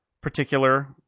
particular